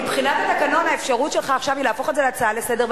מבחינת התקנון האפשרות שלך עכשיו היא להפוך את זה להצעה לסדר-היום